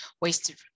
wasted